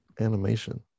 animation